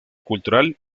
cultural